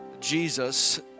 Jesus